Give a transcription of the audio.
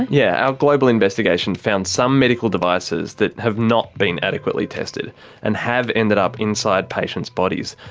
yeah, our global investigation found some medical devices that have not been adequately tested and have ended up inside patients' bodies.